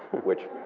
which